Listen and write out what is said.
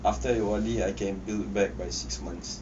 after you only I can build back by six months